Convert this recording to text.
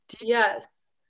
Yes